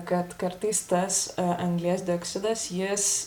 kad kartais tas anglies dioksidas jis